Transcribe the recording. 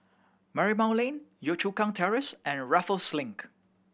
Marymount Lane Yio Chu Kang Terrace and Raffles Link